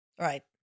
Right